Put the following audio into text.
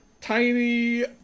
tiny